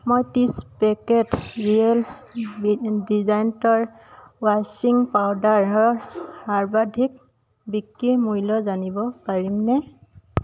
মই ত্ৰিছ packet Ariel ডিজাণ্টৰ ৱাশ্বিং পাউদাৰৰ সৰ্বাধিক বিক্ৰী মূল্য জানিব পাৰিমনে